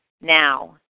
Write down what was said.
now